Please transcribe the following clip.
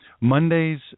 Monday's